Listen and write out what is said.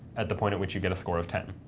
at the point at which you get a score of ten.